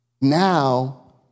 Now